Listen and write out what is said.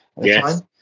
Yes